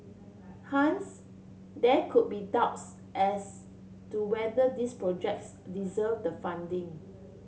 hence there could be doubts as to whether these projects deserved the funding